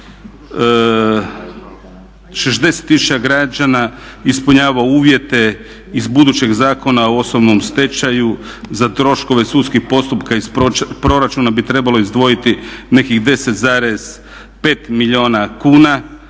tisuća građana ispunjava uvjete iz budućeg Zakona o osobnom stečaj. Za troškove iz sudskih postupka, iz proračuna bi trebalo izdvojiti nekih 10,5 milijuna kuna,